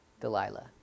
Delilah